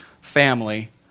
family